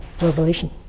revelation